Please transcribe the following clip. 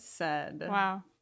Wow